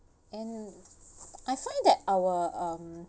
and I find that our um